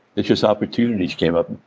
it's just opportunities came up.